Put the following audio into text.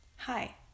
Hi